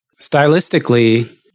stylistically